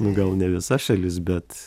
nu gal ne visa šalis bet